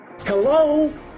Hello